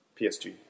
PSG